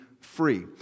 free